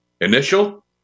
initial